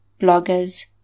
bloggers